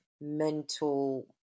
mental